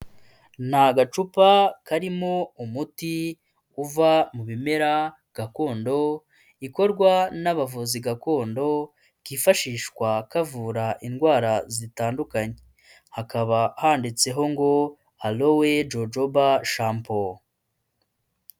Ni agacupa karimo umuti uva mu bimera gakondo, ikorwa n'abavuzi gakondo kifashishwa kavura indwara zitandukanye hakaba handitseho ngo halowe jojoba shampo.